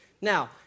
Now